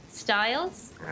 styles